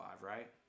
right